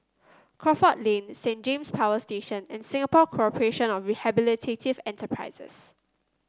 Crawford Lane Saint James Power Station and Singapore Corporation of Rehabilitative Enterprises